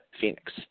Phoenix